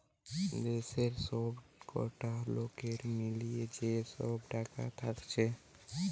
দেশের সবকটা লোকের মিলিয়ে যে সব টাকা থাকছে